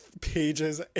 pages